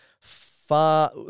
far